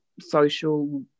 social